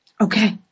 Okay